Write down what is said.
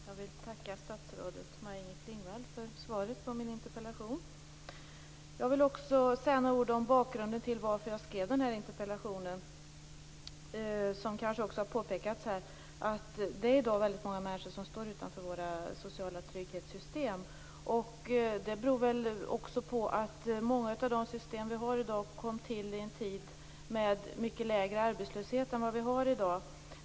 Fru talman! Jag vill tacka statsrådet Maj-Inger Klingvall för svaret på min interpellation. Jag vill också säga några ord om bakgrunden till att jag skrev interpellationen. Som kanske har påpekats här är det i dag väldigt många människor som står utanför våra sociala trygghetssystem. Det beror på att många av dagens system kom till i en tid med mycket lägre arbetslöshet än i dag.